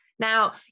Now